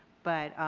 but,